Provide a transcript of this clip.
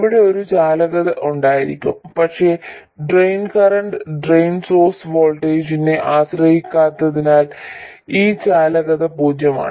ഇവിടെ ഒരു ചാലകത ഉണ്ടായിരിക്കും പക്ഷേ ഡ്രെയിൻ കറന്റ് ഡ്രെയിൻ സോഴ്സ് വോൾട്ടേജിനെ ആശ്രയിക്കാത്തതിനാൽ ഈ ചാലകത പൂജ്യമാണ്